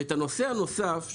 הנושא הנוסף,